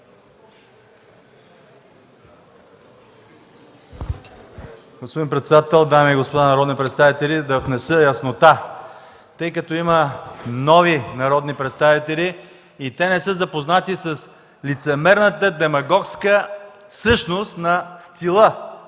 Господин председател, дами и господа народни представители, да внеса яснота. Тъй като има нови народни представители и те не са запознати с лицемерната демагогска същност на стила